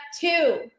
two